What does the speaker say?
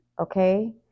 okay